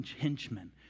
henchmen